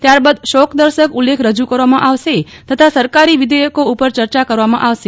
ત્યારબાદ શોકદર્શક ઉલેખ્ખ રજુ કરવામાં આવશે તથા સરકારી વિધેયકો ઉપર ચર્ચા કરવામાં આવશે